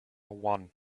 one